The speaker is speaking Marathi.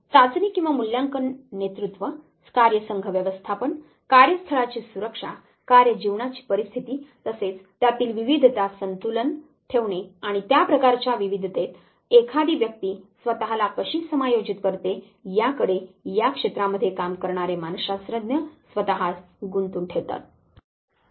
चाचणी किंवा मूल्यांकन नेतृत्व कार्यसंघ व्यवस्थापन कार्यस्थळाची सुरक्षा कार्य जीवनाची परिस्थिती तसेच त्यातील विविधता संतुलन ठेवने आणि त्या प्रकारच्या विविधतेत एखादी व्यक्ती स्वतःला कशी समायोजित करते याकडे या क्षेत्रामध्ये काम करणारे मानसशास्त्रज्ञ स्वतःस गुंतून ठेवतात